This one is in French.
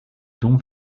dons